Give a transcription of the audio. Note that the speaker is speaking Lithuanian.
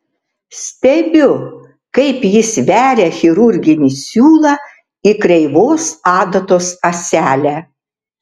stebiu kaip jis veria chirurginį siūlą į kreivos adatos ąselę